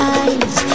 eyes